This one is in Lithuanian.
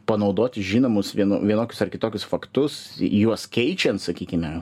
panaudoti žinomus vienu vienokius ar kitokius faktus juos keičiant sakykime